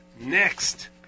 next